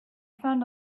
found